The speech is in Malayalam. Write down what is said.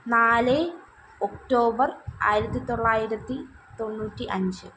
നാല് ഒക്ടോബർ ആയിരത്തിത്തൊള്ളായിരത്തിതൊണ്ണൂറ്റി അഞ്ച്